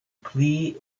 pli